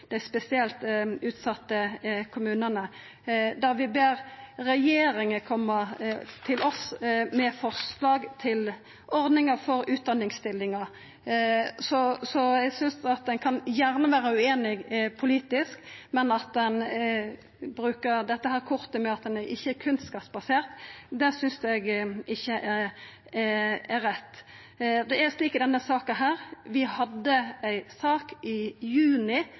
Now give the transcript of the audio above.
dei viser til at ein ber regjeringa koma tilbake med sak, som legevakt, og som dette med rekruttering til spesielt utsette kommunar, der vi ber regjeringa koma til oss med forslag til ordningar for utdanningsstillingar. Ein kan gjerne vera ueinig politisk, men at ein bruker det kortet at dette ikkje er kunnskapsbasert, synest eg ikkje er rett. Det er slik i denne saka her – vi hadde ei sak i juni